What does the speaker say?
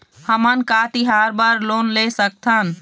हमन का तिहार बर लोन ले सकथन?